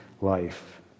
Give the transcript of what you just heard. life